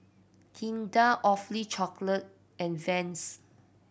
Kinder Awfully Chocolate and Vans